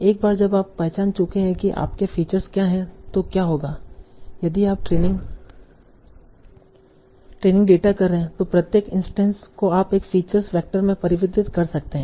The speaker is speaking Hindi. एक बार जब आप पहचान चुके हैं कि आपके फीचर्स क्या हैं तो क्या होगा यदि आप ट्रेनिंग डेटा कर रहे हैं तो प्रत्येक इंस्टैंस को आप एक फीचर वेक्टर में परिवर्तित कर सकते हैं